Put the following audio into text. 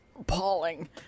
appalling